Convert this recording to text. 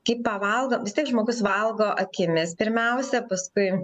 kai pavalgom žmogus valgo akimis pirmiausia paskui